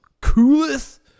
coolest